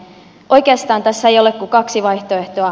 oikeastaan tässä ei ole kuin kaksi vaihtoehtoa